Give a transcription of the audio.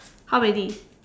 how many